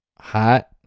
Hot